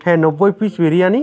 হ্যাঁ নব্বই পিস বিরিয়ানি